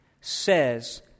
says